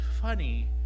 funny